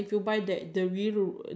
no is not its